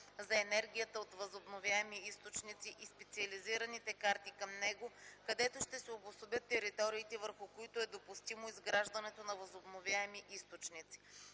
за енергията от възобновяеми източници и специализираните карти към него, където ще се обособят териториите, върху които е допустимо изграждането на възобновяеми източници.